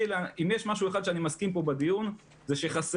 אם יש משהו אחד שאני מסכים פה בדיון זה שחסר.